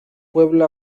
pueblo